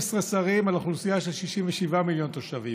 16 שרים ואוכלוסייה של 67 מיליון תושבים,